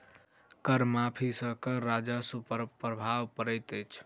कर माफ़ी सॅ कर राजस्व पर प्रभाव पड़ैत अछि